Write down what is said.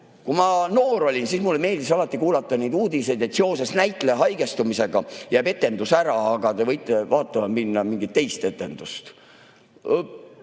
ma noor olin, siis mulle meeldis alati kuulata neid uudiseid, et seoses näitleja haigestumisega jääb etendus ära, aga te võite vaatama minna mingit teist etendust.